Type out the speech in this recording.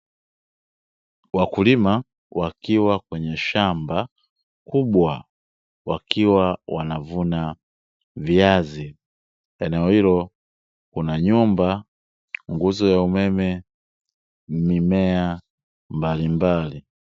Wakulima wakiwa kwenye shamba kubwa wakiwa wanavuna viazi. Eneo hilo kuna nyumba, nguzo ya umeme na mimea mbalimbali.